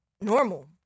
normal